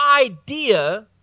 idea